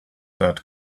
that